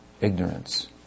ignorance